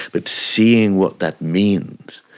but seeing what that means,